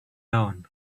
loan